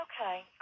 Okay